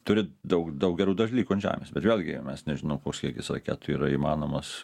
turi daug daug gerų dalykų ant žemės bet vėlgi mes nežinom koks kiekis raketų yra įmanomas